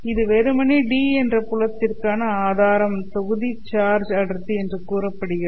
இது வெறுமனே D' என்ற புலத்திற்கான ஆதாரம் தொகுதி சார்ஜ் அடர்த்தி என்று கூறப்படுகிறது